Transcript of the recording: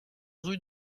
rue